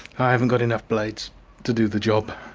i haven't got enough blades to do the job.